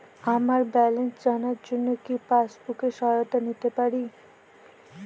আমার ব্যালেন্স জানার জন্য কি পাসবুকের সহায়তা নিতে পারি?